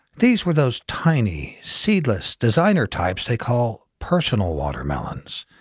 these were those tiny, seedless, designer types they call personal watermelons.